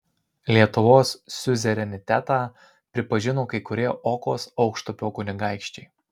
lietuvos siuzerenitetą pripažino kai kurie okos aukštupio kunigaikščiai